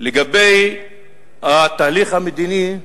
לגבי התהליך המדיני.